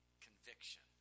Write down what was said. conviction